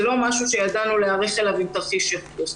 זה לא דבר שידענו להיערך אליו עם תרחיש ייחוס.